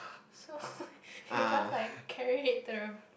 so you just like carry it to the